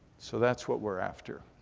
so that's what we're after.